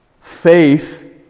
faith